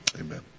Amen